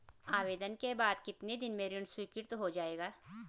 आवेदन के बाद कितने दिन में ऋण स्वीकृत हो जाएगा?